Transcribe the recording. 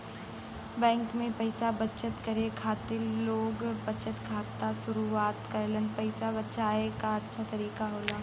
bank में पइसा बचत करे खातिर लोग बचत खाता क शुरआत करलन पइसा बचाये क अच्छा तरीका होला